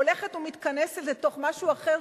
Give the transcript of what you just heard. הולכת ומתכנסת לתוך משהו אחר,